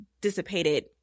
dissipated